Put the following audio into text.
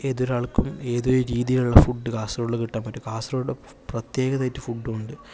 ഏതൊരാൾക്കും ഏത് രീതികളിലുള്ള ഫുഡും കാസർഗൊഡില് കിട്ടാൻ പറ്റും കാസർഗൊഡില് പ്രത്യേകത ആയിട്ട് ഫുഡ് ഉണ്ട്